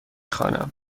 خوانم